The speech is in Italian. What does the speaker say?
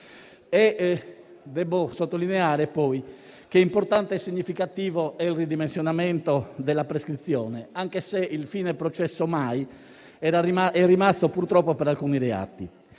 Devo sottolineare poi che importante e significativo è il ridimensionamento della prescrizione, anche se il "fine processo mai" è rimasto purtroppo per alcuni reati.